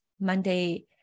Monday